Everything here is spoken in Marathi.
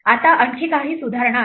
आता आणखी काही सुधारणा आहेत